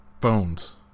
phones